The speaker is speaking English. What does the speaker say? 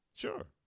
Sure